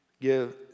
give